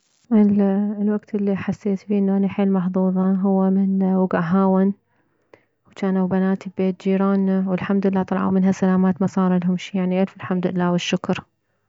الوكت الي حسيت بيه انه اني حيل محظوظة هو من وكع هاون وجانو بناتي ببيت جيرانه والحمد لله طلعو منها سلامات ماصارلهم شي يعني الف الحمد لله والشكر